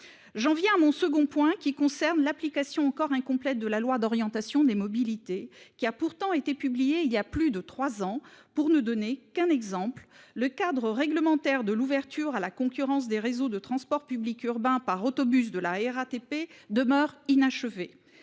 J'en viens mon second point qui concerne l'application encore incomplète de la loi d'orientation des mobilités qui a pourtant été publié il y a plus de trois ans pour ne donner qu'un exemple. Le cadre réglementaire de l'ouverture à la concurrence des réseaux de transport public urbain par autobus de la RATP demeure inachevé.